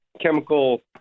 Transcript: chemical